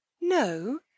No